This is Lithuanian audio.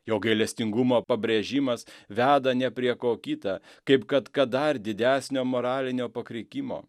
jo gailestingumo pabrėžimas veda ne prie ko kita kaip kad kad dar didesnio moralinio pakrikimo